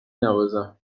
نوازم